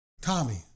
Tommy